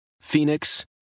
Phoenix